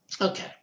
okay